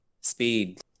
Speed